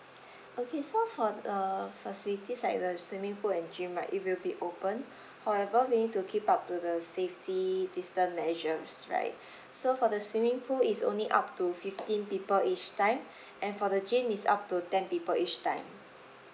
okay so for uh facilities like the swimming pool and gym right it will be open however we need to keep up to the safety distant measures right so for the swimming pool is only up to fifteen people each time and for the gym is up to ten people each time